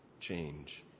change